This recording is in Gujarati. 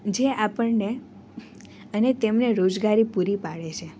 જે આપણને અને તેમને રોજગારી પૂરી પાડે છે